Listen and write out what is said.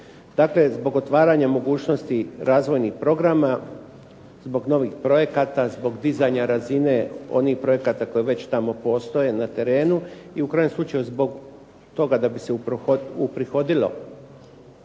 Dakle, zbog otvaranja mogućnosti razvojnih programa, zbog novih projekata, zbog dizanja razine onih projekata koji već tamo postoje na terenu i u krajnjem slučaju zbog toga da bi se uprihodilo